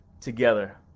together